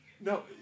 No